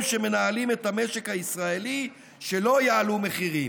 שמנהלים את המשק הישראלי שלא יעלו מחירים.